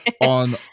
on